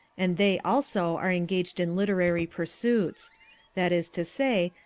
and they also are engaged in literary pursuits that is to say,